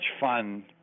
fun